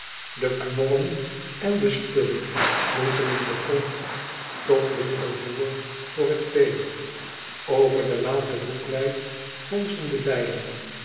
e knollen en de spurrie moeten in den grond tot wintervoêr voor het vee ver de late boekweit gonzen de bijen